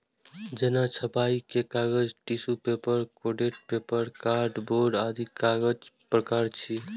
जेना छपाइ के कागज, tissue paper, coated paper, card board आदि कागजक प्रकार छियै